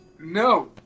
No